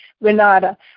Renata